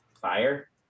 Fire